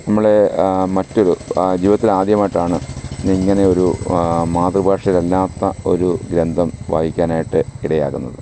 നമ്മൾ മറ്റ് ജീവിതത്തിലാദ്യമായിട്ടാണ് ഇങ്ങനെ ഒരു മാതൃ ഭാഷയിലല്ലാത്ത ഒരു ഗ്രന്ഥം വായിക്കാനായിട്ട് ഇടയാകുന്നത്